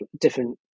different